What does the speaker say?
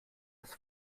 das